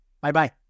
bye-bye